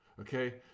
okay